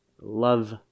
love